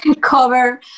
cover